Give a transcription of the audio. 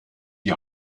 die